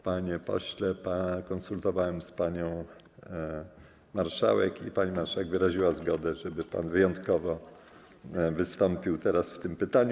Panie pośle, konsultowałem to z panią marszałek i pani marszałek wyraziła zgodę, żeby pan wyjątkowo wystąpił teraz w tym pytaniu.